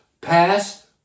past